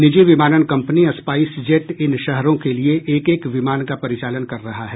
निजी विमानन कम्पनी स्पाईस जेट इन शहरों के लिए एक एक विमान का परिचालन कर रहा है